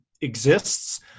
exists